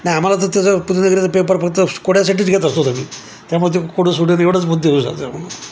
आणि आम्हाला तर त्याचा पुण्यनगरीचा पेपर फक्त कोड्यासाठीच घेत असतो आम्ही त्यामुळे ते कोडं सोडवणे एवढंच